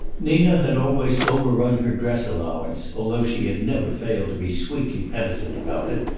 nina had always overrun her dress allowance, although she had never failed to be sweetly penitent about it,